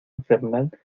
infernal